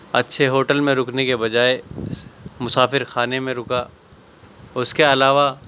اچھے ہوٹل میں رکنے کے بجائے مسافرخانے میں رکا اس کے علاوہ